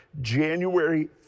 January